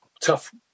tough